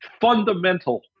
fundamental